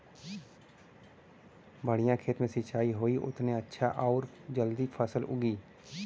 बढ़िया खेत मे सिंचाई होई उतने अच्छा आउर जल्दी फसल उगी